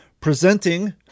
presenting